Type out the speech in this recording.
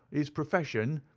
his profession,